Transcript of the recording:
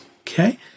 Okay